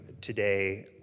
today